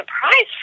surprise